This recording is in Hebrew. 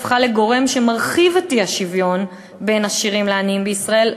הפכה לגורם שמרחיב את האי-שוויון בין עשירים לעניים בישראל,